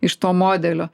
iš to modelio